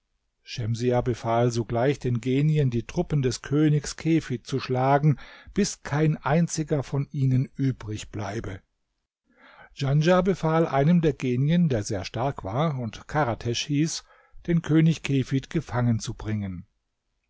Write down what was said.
schemsiah befahl sogleich den genien die truppen des königs kefid zu schlagen bis kein einziger von ihnen übrig bleibe djanschah befahl einem der genien der sehr stark war und karatesch hieß den könig kefid gefangen zu bringen